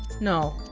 no.